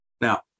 Now